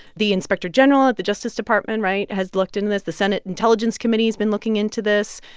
the inspector general at the justice department right? has looked into this. the senate intelligence committee has been looking into this.